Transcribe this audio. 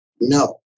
No